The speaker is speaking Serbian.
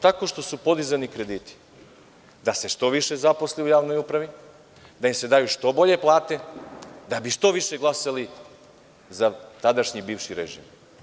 Tako što su podizani krediti da se što više zaposli u javnoj upravi, da im se daju što bolje plate, da bi što više glasali za tadašnji bivši režim.